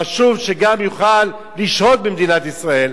חשוב שגם יוכל לשהות במדינת ישראל.